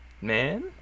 man